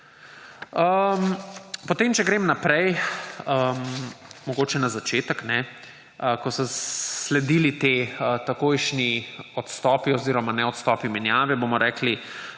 Če grem naprej, mogoče na začetek, ko so sledili ti takojšnji odstopi – ne odstopi, menjave bomo rekli,